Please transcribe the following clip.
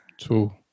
Two